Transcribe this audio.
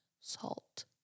salt